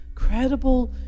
incredible